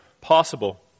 possible